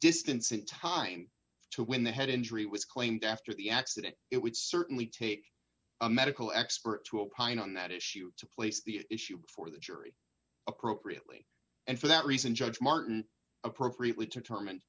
distance in time to when the head injury was claimed after the accident it would certainly take a medical expert to opine on that issue to place the issue before the jury appropriately and for that reason judge martin appropriately to